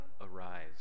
arise